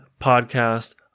podcast